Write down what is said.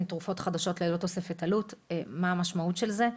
תרופות חדשות ללא תוספת עלות - מה המשמעות של זה?